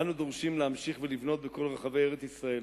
אנו דורשים להמשיך לבנות בכל רחבי ארץ-ישראל,